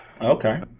Okay